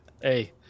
Hey